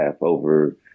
over